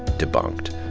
debunked.